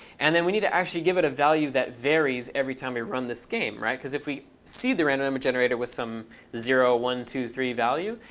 and then we need to actually give it a value that varies every time we run this game, right? because if we seed the random number generator with some zero, one, two, three, value,